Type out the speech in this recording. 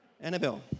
Annabelle